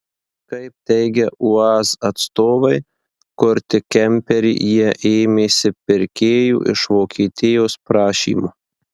kaip teigia uaz atstovai kurti kemperį jie ėmėsi pirkėjų iš vokietijos prašymu